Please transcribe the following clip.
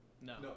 No